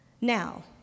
Now